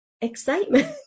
excitement